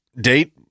date